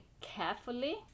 carefully